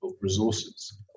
resources